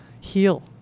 heal